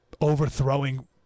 overthrowing